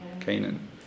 Canaan